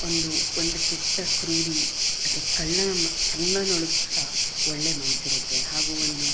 ಒಂದು ಒಂದು ಕೆಟ್ಟ ಕ್ರೂರಿ ಮತ್ತು ಕಳ್ಳ ಕಳ್ಳನೊಳಗೆಯೂ ಸಹ ಒಳ್ಳೆಯ ಮನಸಿರುತ್ತೆ ಹಾಗೂ ಒಂದು